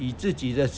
以自己的